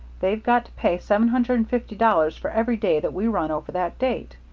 they've got to pay seven hundred and fifty dollars for every day that we run over that date.